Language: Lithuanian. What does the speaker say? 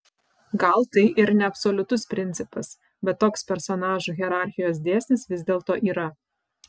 gal tai ir neabsoliutus principas bet toks personažų hierarchijos dėsnis vis dėlto yra